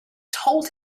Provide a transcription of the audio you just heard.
told